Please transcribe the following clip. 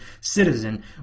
citizen